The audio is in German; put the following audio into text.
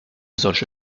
solche